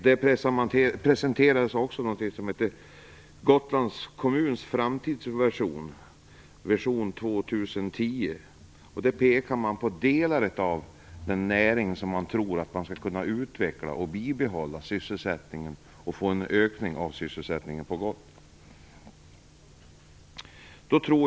Man presenterade också något som kallades Gotlands kommuns framtidsvision, Vision 2010, och där pekade man på delar av de näringar där man tror att man skall kunna bibehålla, utveckla och öka sysselsättningen på Gotland.